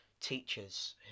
teachers